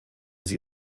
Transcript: sie